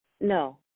No